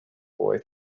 boy